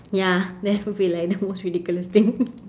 ya that would be like the most ridiculous thing